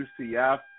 UCF